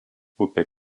upė